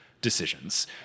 decisions